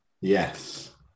yes